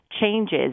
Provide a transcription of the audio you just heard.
changes